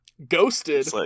ghosted